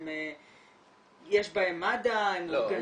שיש בהן מד"א --- לא.